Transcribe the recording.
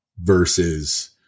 versus